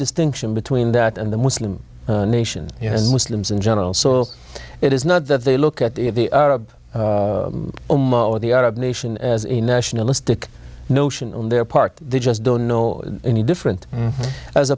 distinction between that and the muslim nation you know as muslims in general so it is not that they look at the arab the arab nation as a nationalistic notion on their part they just don't know any different as